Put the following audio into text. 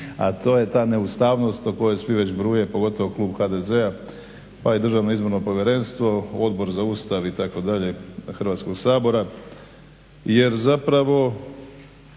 a to je ta neustavnost o kojoj svi već bruje pogotovo klub HDZ-a pa i DIP, Odbor za Ustav itd. Hrvatskog sabora jer zapravo